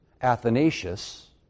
Athanasius